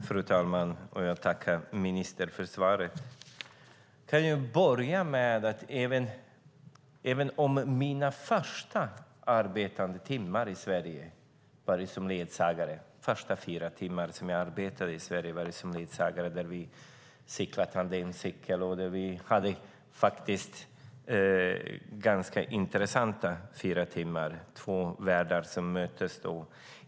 Fru talman! Jag tackar ministern för svaret. Jag kan börja med att säga att jag arbetade som ledsagare under de fyra första timmarna jag arbetade i Sverige. Vi cyklade tandemcykel och hade fyra faktiskt ganska intressanta timmar - det var två världar som möttes.